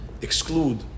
exclude